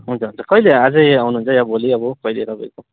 हुन्छ हुन्छ कहिले आजै आउनुहुन्छ या भोलि अब कहिले तपाईँको